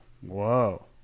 whoa